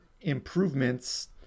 improvements